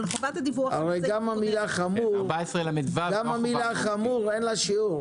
גם למילה "חמור", אין לה שיעור.